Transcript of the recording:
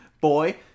boy